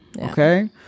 Okay